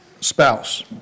spouse